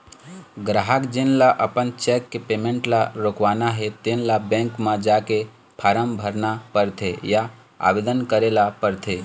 गराहक जेन ल अपन चेक के पेमेंट ल रोकवाना हे तेन ल बेंक म जाके फारम भरना परथे या आवेदन करे ल परथे